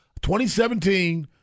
2017